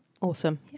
Awesome